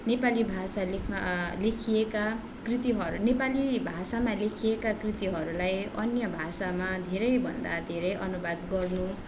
नेपाली भाषा लेख्न लेखिएका कृति नेपाली भाषामा लेखिएका कृतिहरूलाई अन्य भाषामा धेरै भन्दा धेरै अनुवाद गर्नु